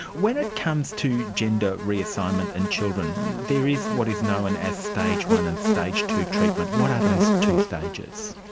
when it comes to gender reassignment and children, there is what is known as stage one and stage two treatment, what are those two stages?